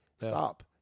Stop